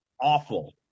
awful